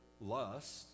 lust